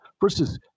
Versus